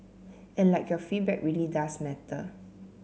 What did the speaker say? and like your feedback really does matter